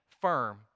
firm